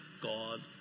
God